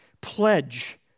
Pledge